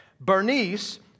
Bernice